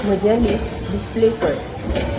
म्हजें list display कर